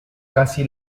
casi